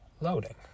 loading